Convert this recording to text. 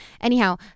anyhow